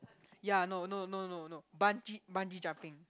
ya no no no no no bungee bungee jumping